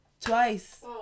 twice